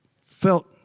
felt